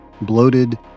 bloated